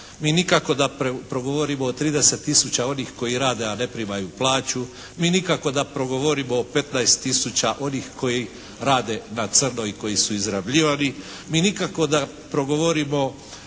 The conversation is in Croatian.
Mi nikako da progovorimo o 30 tisuća onih koji rade a ne primaju plaću. Mi nikako da progovorimo o 15 tisuća onih koji rade na crno i koji su izrabljivani. Mi nikako da progovorimo